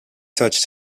touched